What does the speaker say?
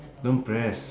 don't press